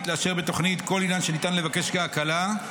לאשר בתוכנית כל עניין שניתן לבקש כהקלה,